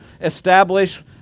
establish